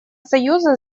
союза